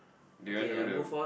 do you want noodle